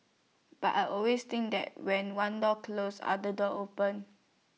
but I always think that when one door closes other door open